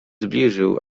zbliżył